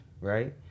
right